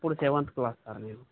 ఇప్పుడు సెవెంత్కి వస్తాను సార్ నేను